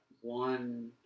one